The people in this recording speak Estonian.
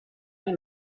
nii